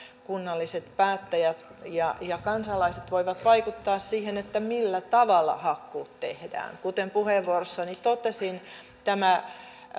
kunnalliset päättäjät ja ja kansalaiset voivat vaikuttaa siihen millä tavalla hakkuut tehdään kuten puheenvuorossani totesin tämä